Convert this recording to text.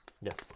Yes